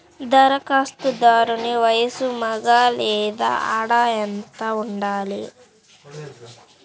ధరఖాస్తుదారుని వయస్సు మగ లేదా ఆడ ఎంత ఉండాలి?